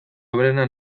hoberena